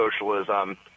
socialism